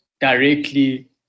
directly